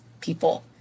people